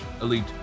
elite